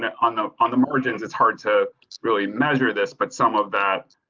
and on the on the margins, it's hard to really measure this. but some of that.